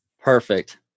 Perfect